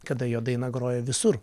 kada jo daina groja visur